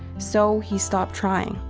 so he stopped trying.